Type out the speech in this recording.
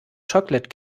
chocolate